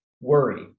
worry